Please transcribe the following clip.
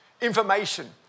information